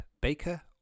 Baker